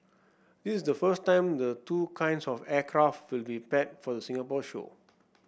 this is the first time the two kinds of aircraft will be paired for the Singapore show